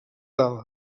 dalt